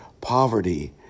poverty